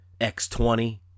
X20